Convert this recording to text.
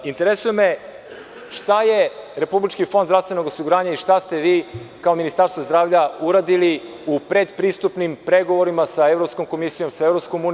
Interesuje me šta je Republički fond zdravstvenog osiguranja i šta ste vi kao Ministarstvo zdravlja uradili u predpristupnim pregovorima sa Evropskom komisijom, sa EU?